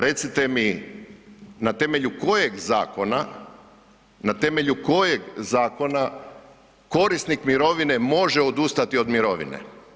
Recite mi na temelju kojeg zakona, na temelju kojeg zakona korisnik može odustati od mirovine.